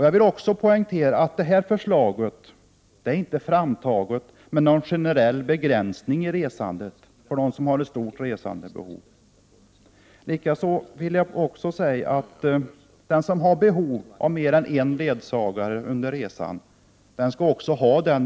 Förslaget är heller inte framtaget med någon generell begränsning i resandet för dem som har ett stort resandebehov. Dessutom skall den som under resan har behov av mer än en ledsagare också få det.